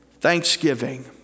thanksgiving